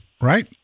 right